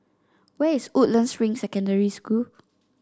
where is Woodlands Ring Secondary School